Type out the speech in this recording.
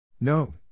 no